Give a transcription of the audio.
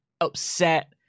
upset